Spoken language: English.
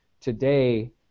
today